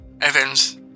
Evans